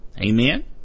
Amen